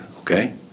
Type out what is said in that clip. okay